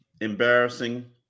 Embarrassing